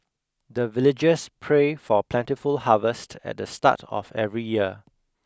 the villagers pray for plentiful harvest at the start of every year